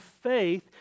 faith